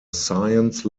science